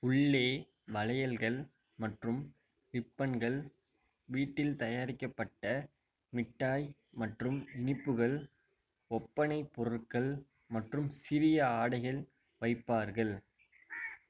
உள்ளே வளையல்கள் மற்றும் ரிப்பன்கள் வீட்டில் தயாரிக்கப்பட்ட மிட்டாய் மற்றும் இனிப்புகள் ஒப்பனை பொருட்கள் மற்றும் சிறிய ஆடைகள் வைப்பார்கள்